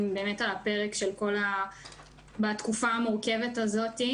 באמת על הפרק בתקופה המורכבת הזאת,